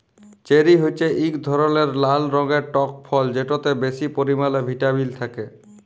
cherry হছে ইক ধরলের লাল রঙের টক ফল যেটতে বেশি পরিমালে ভিটামিল থ্যাকে